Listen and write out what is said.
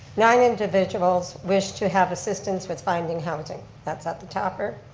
nine individuals wish to have assistance with finding housing, that's at the topper.